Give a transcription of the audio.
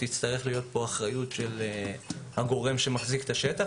תצטרך להיות אחריות של הגורם שמחזיק את השטח,